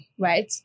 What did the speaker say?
right